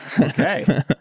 Okay